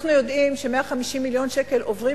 אנחנו יודעים ש-150 מיליון שקל עוברים